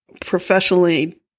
professionally